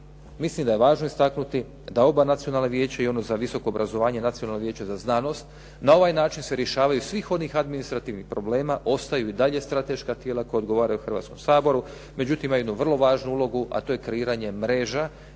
mislim da je važno istaknuti da oba nacionalna vijeća, i ono za visoko obrazovanje i Nacionalno vijeće za znanost na ovaj način se rješavaju svih onih administrativnih problema, ostaju i dalje strateška tijela koja odgovaraju Hrvatskom saboru. Međutim, imaju jednu vrlo važnu ulogu a to je kreiranje mreža